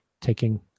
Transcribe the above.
taking